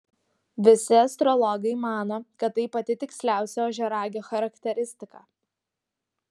visi astrologai mano kad tai pati tiksliausia ožiaragio charakteristika